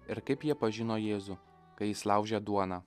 ir kaip jie pažino jėzų kai jis laužė duoną